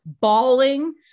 bawling